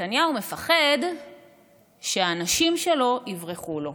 נתניהו מפחד שהאנשים שלו יברחו לו.